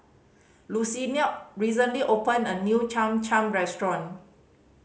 Lucina recently opened a new Cham Cham restaurant